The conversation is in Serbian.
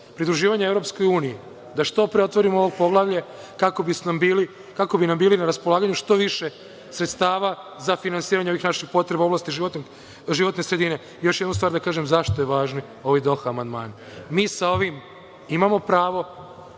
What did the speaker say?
pridruživanja EU, da što pre otvorimo ovo poglavlje, kako bi nam bili na raspolaganju što više sredstava za finansiranje ovih naših potreba u oblasti životne sredine. Još jednu stvar da kažem zašto su važni ovi Doha amandmani. Mi sa ovim imamo pravo